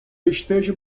esteja